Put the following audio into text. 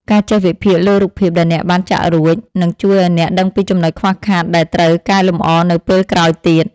ការចេះវិភាគលើរូបភាពដែលអ្នកបានចាក់រួច នឹងជួយឱ្យអ្នកដឹងពីចំណុចខ្វះខាតដែលត្រូវកែលម្អនៅពេលក្រោយទៀត។